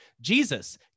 Jesus